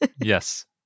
Yes